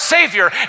Savior